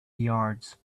yards